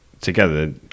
together